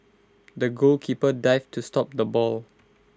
the goalkeeper dived to stop the ball